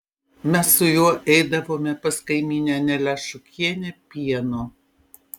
mes su juo eidavome pas kaimynę anelę šukienę pieno